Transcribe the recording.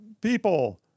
people